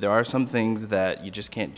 there are some things that you just can't